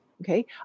okay